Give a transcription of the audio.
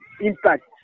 impact